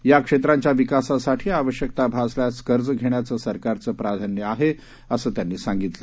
या क्षेत्रांच्या विकासासाठी आवश्यकता भासल्यास कर्ज घेण्याचं सरकारचं प्राधान्य आहे असं त्यांनी सांगितलं